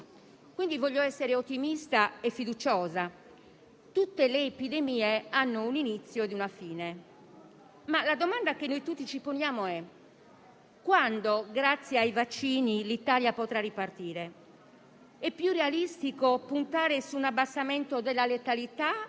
Quindi voglio essere ottimista e fiduciosa: tutte le epidemie hanno un inizio e una fine. Ma la domanda che noi tutti ci poniamo è: quando, grazie ai vaccini, l'Italia potrà ripartire? È più realistico puntare su un abbassamento della letalità